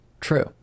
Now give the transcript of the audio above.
True